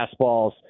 fastballs